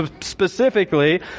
specifically